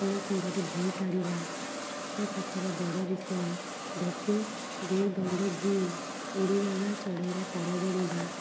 ଆପଣା ସିଙ୍ଘରେ ଭୁଇଁ ତାଡ଼ିବା ଛୋଟ ସାପର ବଡ଼ ବିଷ ଢୋକେ ଦୁଇ ଦଣ୍ଡେ ଯି ଉଡ଼ିଗଲା ଚଢ଼େଇର ପର ଗଣିବା